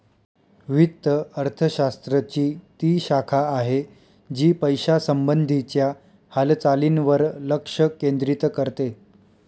वित्त अर्थशास्त्र ची ती शाखा आहे, जी पैशासंबंधी च्या हालचालींवर लक्ष केंद्रित करते